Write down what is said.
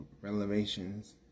Revelations